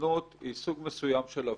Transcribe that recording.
זנות היא סוג מסוים של עבדות,